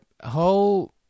whole